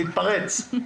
אני מצטער,